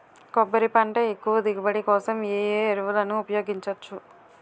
కొబ్బరి పంట ఎక్కువ దిగుబడి కోసం ఏ ఏ ఎరువులను ఉపయోగించచ్చు?